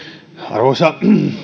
arvoisa